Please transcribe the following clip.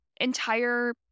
entire